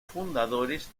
fundadores